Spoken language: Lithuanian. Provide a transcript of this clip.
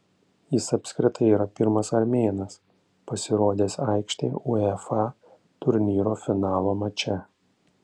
jis apskritai yra pirmas armėnas pasirodęs aikštėje uefa turnyro finalo mače